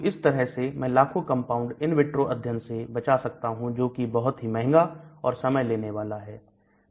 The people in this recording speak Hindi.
तू इस तरह से मैं लाखों कंपाउंड इन विट्रो अध्ययन से बचा सकता हूं जो कि बहुत ही महंगा और समय लेने वाला है